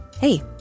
Hey